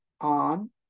on